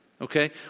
okay